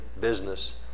business